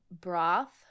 broth